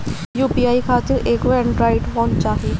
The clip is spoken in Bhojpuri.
यू.पी.आई खातिर एगो एड्रायड फोन चाही